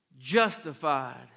justified